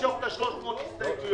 ותהיה אפשרות לעשות השוואה חודשית פה?